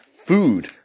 food